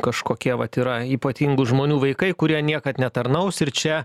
kažkokie vat yra ypatingų žmonių vaikai kurie niekad netarnaus ir čia